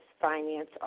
finance